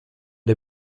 der